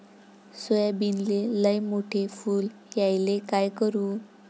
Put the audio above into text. सोयाबीनले लयमोठे फुल यायले काय करू?